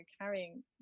carrying